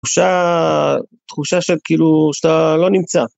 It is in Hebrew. תחושה של כאילו, שאתה לא נמצא.